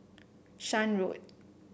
Shan Road